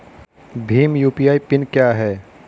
Bhim UPI PIN क्या है?